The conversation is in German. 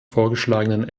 vorgeschlagenen